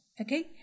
Okay